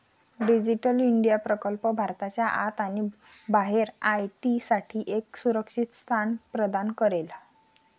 digital India प्रकल्प भारताच्या आत आणि बाहेर आय.टी साठी एक सुरक्षित स्थान प्रदान करेल